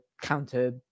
counter